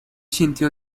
sintió